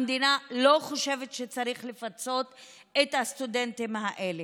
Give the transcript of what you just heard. המדינה לא חושבת שצריך לפצות את הסטודנטים האלה.